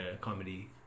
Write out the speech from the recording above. comedy